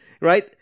Right